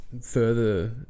further